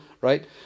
right